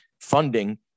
funding